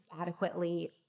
adequately